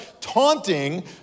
taunting